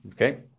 Okay